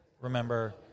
remember